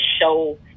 show